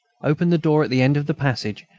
opened the door at the end of the passage,